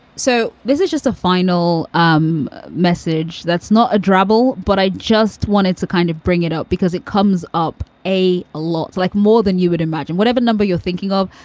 so this is just a final um message that's not adorable, but i just wanted to kind of bring it up because it comes up a a lot like more than you would imagine. whatever number you're thinking of,